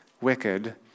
wicked